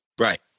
Right